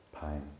pain